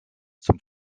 zum